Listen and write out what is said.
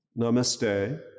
Namaste